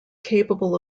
capable